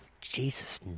Jesus